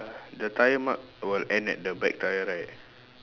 the tyre mark will end at the back tyre right